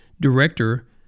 director